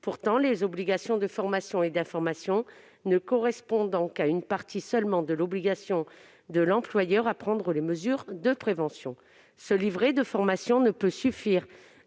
Pourtant, les obligations de formation et d'information ne correspondent qu'à une partie seulement de l'obligation qui incombe à l'employeur en matière de mesures de prévention. Ce livret de formation ne saurait suffire